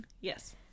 Yes